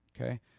Okay